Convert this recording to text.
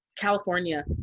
California